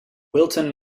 wilton